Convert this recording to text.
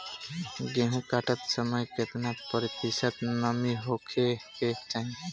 गेहूँ काटत समय केतना प्रतिशत नमी होखे के चाहीं?